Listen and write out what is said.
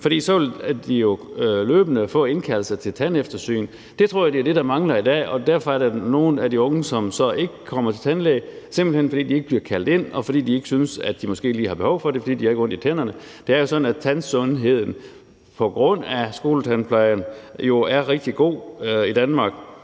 for så vil de løbende få indkaldelser til tandeftersyn. Det tror jeg er det, der mangler i dag, og derfor er der nogle af de unge, som ikke kommer til tandlæge, altså simpelt hen fordi de ikke bliver kaldt ind, og fordi de ikke synes, at de måske lige har behov for det, fordi de ikke har ondt i tænderne. Det er jo sådan, at tandsundheden på grund af skoletandplejen er rigtig god i Danmark,